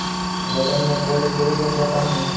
गोडम में cold storage का क्या काम है?